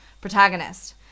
protagonist